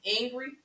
angry